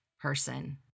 person